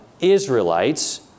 Israelites